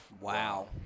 Wow